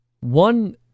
One